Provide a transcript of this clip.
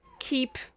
Keep